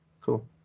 cool